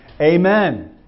Amen